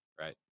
Right